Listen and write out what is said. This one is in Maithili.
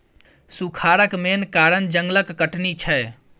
सुखारक मेन कारण जंगलक कटनी छै